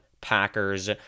Packers